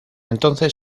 entonces